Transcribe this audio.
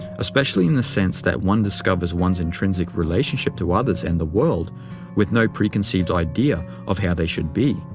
especially in the sense that one discovers one's intrinsic relationship to others and the world with no preconceived idea of how they should be,